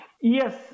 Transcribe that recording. Yes